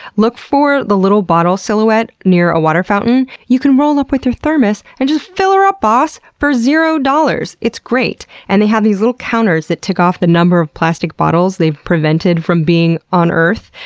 look for the little bottle silhouette near a water fountain. you can roll up with your thermos and just fill er up, boss! for zero dollars! it's great. and they have these little counters that tick off the number of plastic bottles they've prevented from being on earth,